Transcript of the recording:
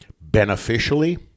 beneficially